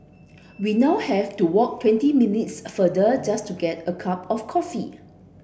we now have to walk twenty minutes further just to get a cup of coffee